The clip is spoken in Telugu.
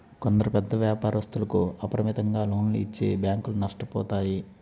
కొందరు పెద్ద వ్యాపారస్తులకు అపరిమితంగా లోన్లు ఇచ్చి బ్యాంకులు నష్టపోతాయి